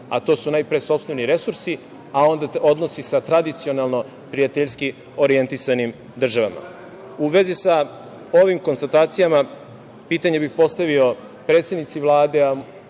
a to su najpre sopstveni resursi, a onda odnosi sa tradicionalno prijateljski orijentisanim državama.U vezi sa ovim konstatacijama pitanje bih postavio predsednici Vlade,